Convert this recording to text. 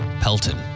Pelton